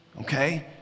Okay